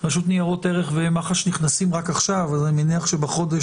הרשות לניירות ערך ומח"ש נכנסים רק עכשיו אז אני מניח שבחודש,